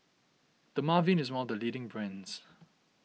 Dermaveen is one of the leading brands